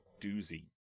doozy